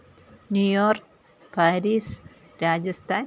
New York Paris Rajasthan